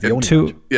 Two